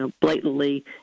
blatantly